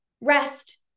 rest